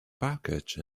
package